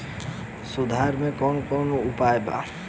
सुधार के कौन कौन उपाय वा?